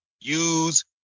use